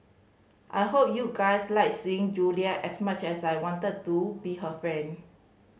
I hope you guys liked seeing Julia as much as I wanted to be her friend